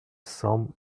cents